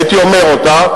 הייתי אומר אותה,